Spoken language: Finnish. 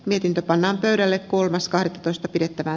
mietintö pannaan pöydälle kolmas kahdettatoista pidettävä